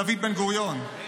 דוד בן-גוריון.